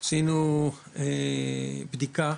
עשינו בדיקה,